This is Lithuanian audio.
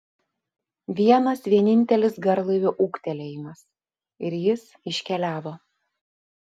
vienas vienintelis garlaivio ūktelėjimas ir jis iškeliavo